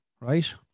right